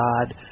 God